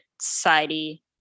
society